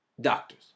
doctors